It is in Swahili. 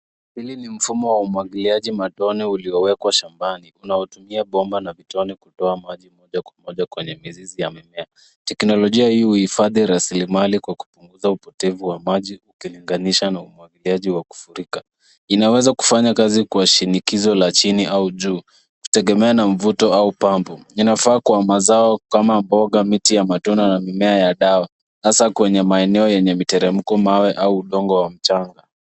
Hili ni mfumo wa umwagiliaji matone uliowekwa shambani, unaotumia mabomba na vitone kutoa maji moja kwa moja kwenye mizizi ya mimea. Teknolojia hii uhifadhi rasilimali kwa kupunguza upotevu wa maji ukilinganisha na umwagiliaji wa kufurika. Inaweza kufanya kazi kwa shinikizo la chini au juu, kutegemea na mvuto au pambo. Inafaa kwa mazao kama mboga, miti ya matunda na mimea ya dawa, hasa kwa eneo yenye mteremko, mawe au udongo wa mchanga.